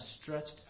stretched